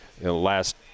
Last